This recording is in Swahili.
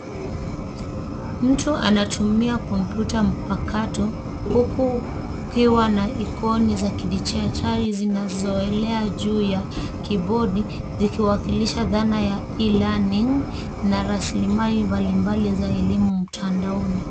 Mtu anatumia kompyuta mpakato huku kukiwa na icon za kidijitali zinazoelea juu ya kibodi zikiwakilisha dhana ya e-learning na rasilimali mbalimbali za elimu mtandaoni.